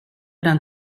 den